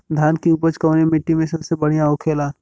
धान की उपज कवने मिट्टी में सबसे बढ़ियां होखेला?